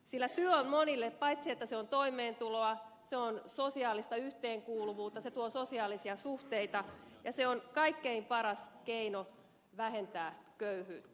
sillä työ on monille paitsi että se on toimeentuloa sosiaalista yhteenkuuluvuutta se tuo sosiaalisia suhteita ja se on kaikkein paras keino vähentää köyhyyttä